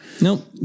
Nope